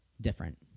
different